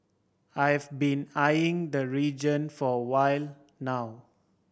I've been eyeing the region for a while now